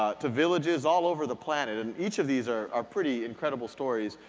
to villages all over the planet. and each of these are are pretty incredible stories,